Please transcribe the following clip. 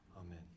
Amen